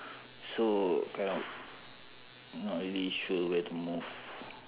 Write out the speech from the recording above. so cannot not really sure where to move